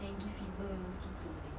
dengue fever nya mosquito seh